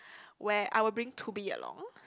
where I would bring to be along